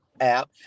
app